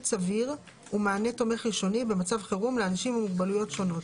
סביר ומענה תומך ראשוני במצב חירום לאנשים עם מוגבלויות שונות.